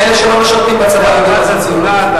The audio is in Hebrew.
ואלה שלא משרתים בצבא יודעים מה זה ציונות, נכון?